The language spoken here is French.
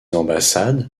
ambassades